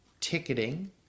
ticketing